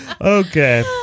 Okay